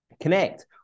Connect